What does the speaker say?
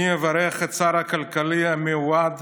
אני אברך את השר הכלכלי המיוחד